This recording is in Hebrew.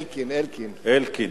אלקין, אלקין.